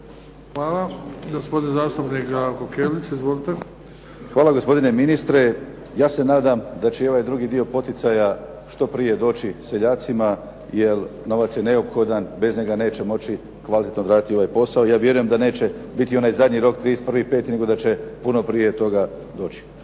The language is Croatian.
Hvala gospodine ministre. Ja se nadam da će i ovaj drugi dio poticaja što prije doći seljacima jer novac je neophodan, bez njega neće moći kvalitetno graditi ovaj posao. Ja vjerujem da neće biti onaj zadnji rok 31.5., nego da će puno prije toga doći.